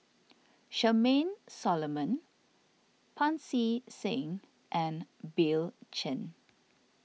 Charmaine Solomon Pancy Seng and Bill Chen